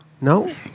No